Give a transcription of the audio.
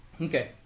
Okay